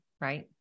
right